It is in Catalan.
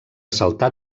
saltar